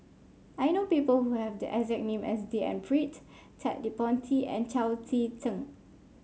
I know people who have the exact name as D N Pritt Ted De Ponti and Chao Tzee Cheng